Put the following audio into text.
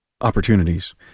opportunities